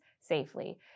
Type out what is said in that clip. safely